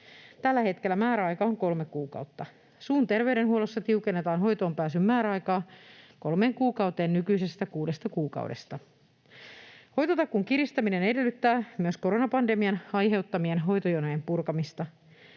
Tällä hetkellä määräaika on kolme kuukautta. Suun terveydenhuollossa tiukennetaan hoitoonpääsyn määräaikaa kolmeen kuukauteen nykyisestä kuudesta kuukaudesta. Hoitotakuun kiristäminen edellyttää myös koronapandemian aiheuttamien hoitojonojen purkamista.